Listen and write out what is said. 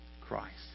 Christ